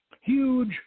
Huge